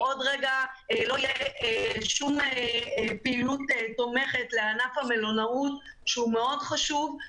עוד רגע לא תהיה שום פעילות תומכת לענף המלונאות שהוא מאוד חשוב.